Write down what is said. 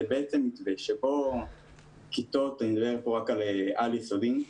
המתווה מדבר רק על כיתות על-יסודי: